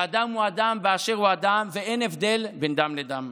שאדם הוא אדם באשר הוא אדם, ואין הבדל בין דם לדם.